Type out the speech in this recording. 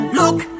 look